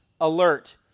alert